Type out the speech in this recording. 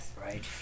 Right